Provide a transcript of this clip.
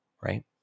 right